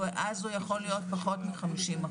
ואז הוא יכול להיות עם פחות מ-50% נכות.